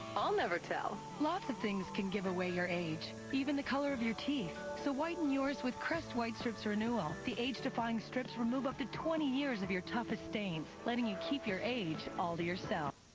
i'll never tell. lots of things can give away your age, even the color of your teeth. so whiten yours with crest whitestrips renewal. the age-defying strips remove up to twenty years of your toughest stains, letting you keep your age all to yourself.